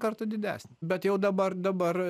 kartų didesnė bet jau dabar dabar